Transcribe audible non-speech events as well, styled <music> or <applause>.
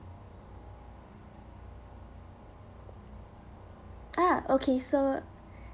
ah okay so <breath>